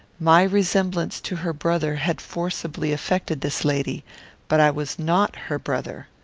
my resemblance to her brother had forcibly affected this lady but i was not her brother.